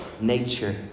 nature